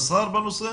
לשר בנושא?